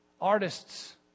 artists